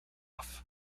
off